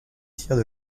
tiers